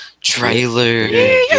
trailer